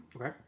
Okay